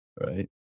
right